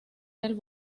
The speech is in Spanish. del